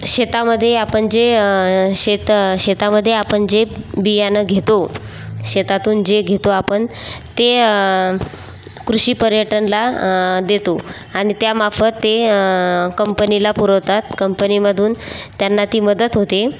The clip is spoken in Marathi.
शेतामध्ये आपण जे शेत शेतामध्ये आपण जे बियाणं घेतो शेतातून जे घेतो आपण ते कृषी पर्यटनाला देतो आणि त्या मार्फत ते कंपनीला पुरवतात कंपनीमधून त्यांना ती मदत होते